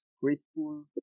grateful